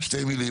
שתי מילים.